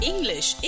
English